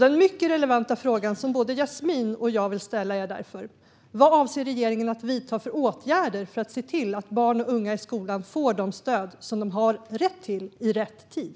Den mycket relevanta frågan som både Jasmin och jag vill ställa är därför: Vad avser regeringen att vidta för åtgärder för att se till att barn och unga i skolan får de stöd som de har rätt till i rätt tid?